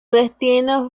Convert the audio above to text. destino